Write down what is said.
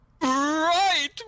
Right